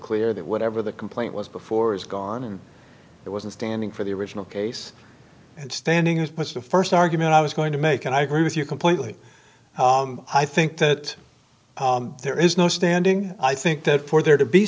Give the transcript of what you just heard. clear that whatever the complaint was before is gone and it wasn't standing for the original case and standing as much the first argument i was going to make and i agree with you completely i think that there isn't standing i think that for there to be